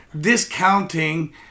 discounting